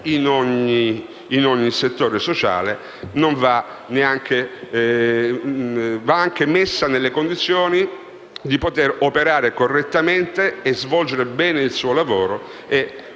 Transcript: in ogni settore sociale - ma va messa nelle condizioni di operare correttamente e svolgere bene il suo lavoro.